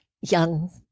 young